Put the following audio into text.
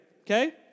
Okay